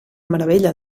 meravella